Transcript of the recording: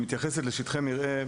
מתייחסת לשטחי מרעה,